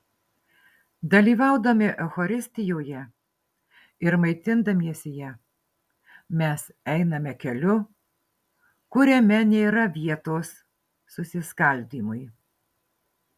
dalyvaudami eucharistijoje ir maitindamiesi ja mes einame keliu kuriame nėra vietos susiskaldymui